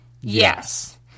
yes